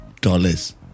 dollars